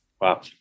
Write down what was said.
Wow